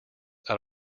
out